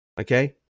Okay